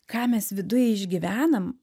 ką mes viduj išgyvenam